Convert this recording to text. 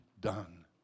done